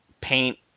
paint